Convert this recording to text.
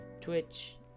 twitch